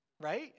right